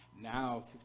Now